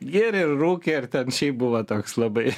gėrė rūkė ir ten šiaip buvo toks labai